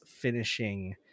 finishing